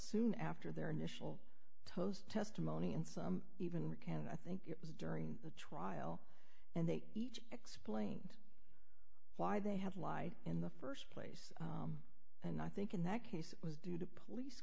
soon after their initial towse testimony and some even and i think it was during the trial and they each explained why they had to lie in the st place and i think in that case it was due to police